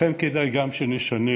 לכן כדאי גם שנשנה